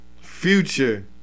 Future